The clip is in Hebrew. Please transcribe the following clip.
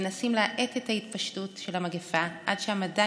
מנסים להאט את ההתפשטות של המגפה עד שהמדע